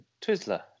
twizzler